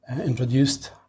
introduced